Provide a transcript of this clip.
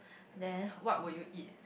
and then what will you eat